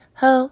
ho